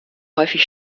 häufig